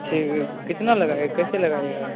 ठीक ग कितना लगाइ कैसे लगाइएगा